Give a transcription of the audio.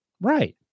Right